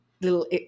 little